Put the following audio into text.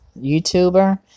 youtuber